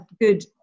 good